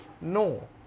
No